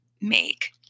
make